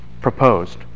proposed